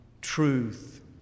Truth